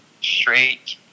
straight